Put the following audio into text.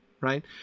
right